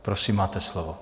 Prosím máte slovo.